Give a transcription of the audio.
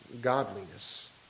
godliness